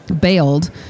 bailed